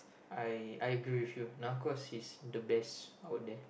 I I agree with you Narcos is the best out there